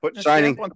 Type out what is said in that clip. signing